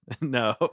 No